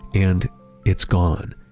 and it's gone.